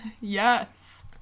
Yes